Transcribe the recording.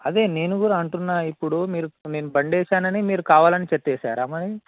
అదే నేను కూడా అంటున్నా ఇప్పుడు మీరు నేను బండి వేసానని మీరు కావాలని చెత్త వేసారా మరి